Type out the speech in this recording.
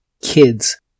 Kids